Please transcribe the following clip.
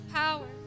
power